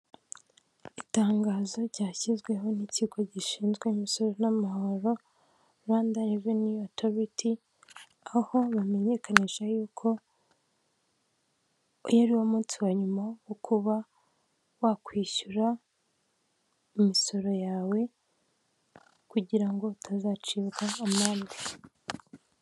Itangazo ryashyizweho n'ikigo gishinzwe imisoro n'amahoro Rwanda Reveniyu Otoriti, aho bamenyekanisha yuko, uyu ari wo munsi wa nyuma wo kuba wakwishyura imisoro yawe kugira ngo utazacibwa amande.